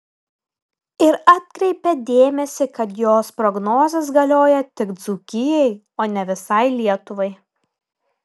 ir atkreipė dėmesį kad jos prognozės galioja tik dzūkijai o ne visai lietuvai